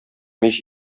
мич